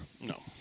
No